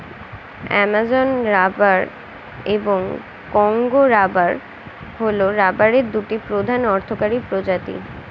Amazon rubber এবং Congo rubber হল রাবারের দুটি প্রধান অর্থকরী প্রজাতি